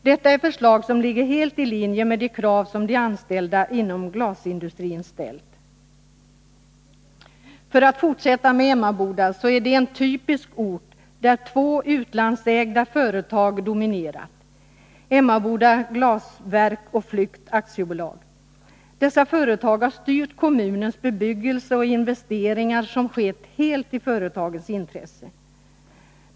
Detta är förslag som helt ligger i linje med de krav som de anställda inom glasindustrin har ställt. För att fortsätta med Emmaboda så är det en typisk ort där två utlandsägda företag har dominerat, Emmaboda Glasverk och Flyckt AB. Dessa företag har styrt kommunens bebyggelse och investeringar, som har skett helt i företagens intresse.